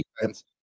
defense